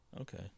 Okay